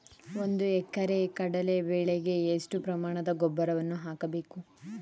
ಒಂದು ಎಕರೆ ಕಡಲೆ ಬೆಳೆಗೆ ಎಷ್ಟು ಪ್ರಮಾಣದ ಗೊಬ್ಬರವನ್ನು ಹಾಕಬೇಕು?